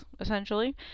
essentially